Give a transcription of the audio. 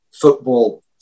football